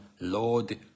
Lord